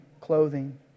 clothing